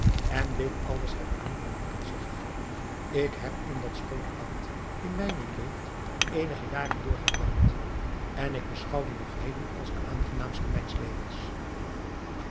en dit alles heb ik niet van hooren zeggen ik heb in dat schoone land in mijne jeugd eenige jaren doorgebragt en ik beschouw die nog heden als de aangenaamste mijns levens